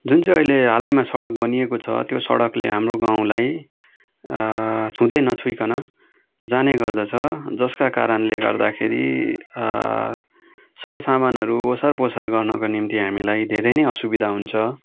जुन चाहिँ अहिले हालैमा सडक बनिएको छ त्यो सडकले हाम्रो गाउँलाई छुँदै नछोइकन जाने गर्दछ जसका कारणले गर्दाखेरि सरसामानहरू ओसारपसार गर्नका निम्ति हामीलाई धेरै नै असुविधा हुन्छ